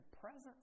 presence